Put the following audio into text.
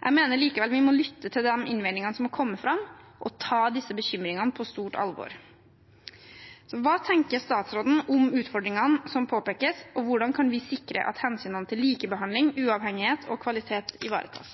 Jeg mener likevel vi må lytte til de innvendingene som har kommet fram, og ta disse bekymringene på stort alvor. Hva tenker statsråden om utfordringene som påpekes, og hvordan kan vi sikre at hensynene til likebehandling, uavhengighet og kvalitet ivaretas?